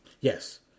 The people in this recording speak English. Yes